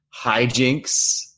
hijinks